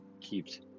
keeps